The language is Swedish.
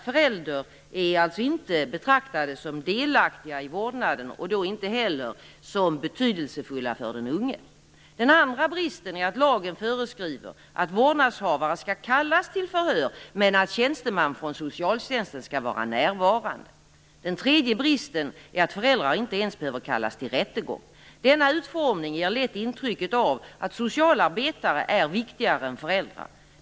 Föräldrar är alltså inte betraktade som delaktiga i vårdnaden, och inte heller som betydelsefulla för den unge. Den andra bristen är att lagen föreskriver att vårdnadshavare skall kallas till förhör, men att tjänsteman från socialtjänsten skall vara närvarande. Den tredje bristen är att föräldrar inte ens behöver kallas till rättegång. Denna utformning ger lätt intrycket av att socialarbetare är viktigare än föräldrar.